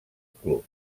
club